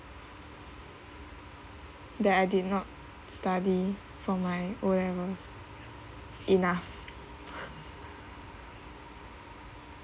that I did not study for my O levels enough